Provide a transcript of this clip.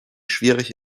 schwierig